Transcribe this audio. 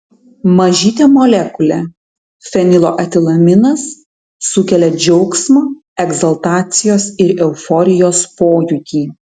mažytė molekulė fenilo etilaminas sukelia džiaugsmo egzaltacijos ir euforijos pojūtį